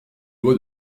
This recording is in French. loi